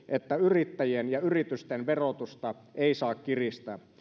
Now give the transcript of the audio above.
että yrittäjien ja yritysten verotusta ei saa kiristää